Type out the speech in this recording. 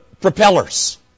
propellers